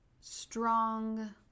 strong